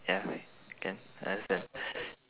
ya can I understand